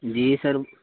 جی سر